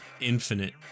infinite